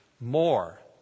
more